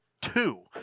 two